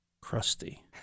crusty